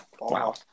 Wow